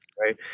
right